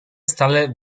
stale